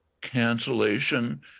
cancellation